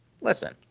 listen